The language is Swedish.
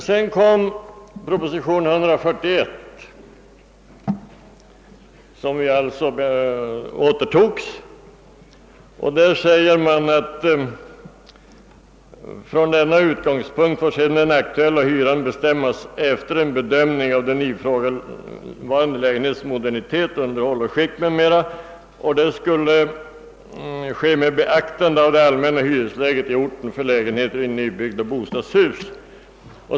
Sedan kom proposition nr 141 år 1967 som återtogs. Där står det bl.a.: »Från denna utgångspunkt får sedan den aktuella hyran bestämmas efter en bedömning av den ifrågavarande lägenhetens modernitetsgrad, underhåll och skick i övrigt m.m.» Det skulle äga rum med beaktande av det allmänna hyresläget i orten för lägenheter i nybyggda bostadshus.